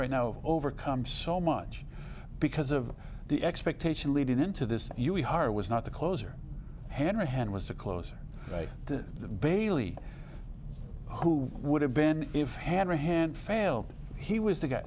right now overcome so much because of the expectation leading into this year we hire was not the closer hanrahan was the closer the bailey who would have been if hanrahan failed he was the guy